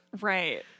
right